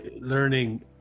learning